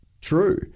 true